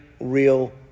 real